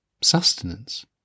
sustenance